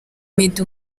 meddy